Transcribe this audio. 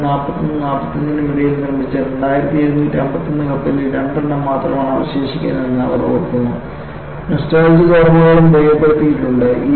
1941 നും 45 നും ഇടയിൽ നിർമ്മിച്ച 2751 കപ്പലുകളിൽ രണ്ടെണ്ണം മാത്രമാണ് അവശേഷിക്കുന്നതെന്ന് അവർ ഓർക്കുന്നു നൊസ്റ്റാൾജിക് ഓർമ്മകളും രേഖപ്പെടുത്തിയിട്ടുണ്ട്